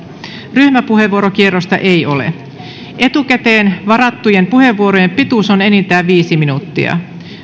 ryhmäpuheenvuorokierrosta ei ole etukäteen varattujen puheenvuorojen pituus on enintään viisi minuuttia